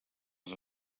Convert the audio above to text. les